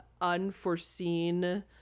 unforeseen